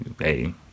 hey